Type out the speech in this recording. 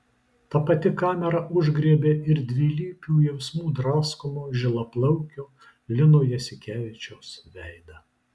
ta pati kamera užgriebė ir dvilypių jausmų draskomo žilaplaukio lino jasikevičiaus veidą